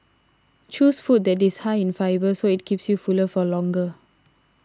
choose food that is high in fibre so it keeps you fuller for longer